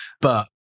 But-